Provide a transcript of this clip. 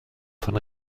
von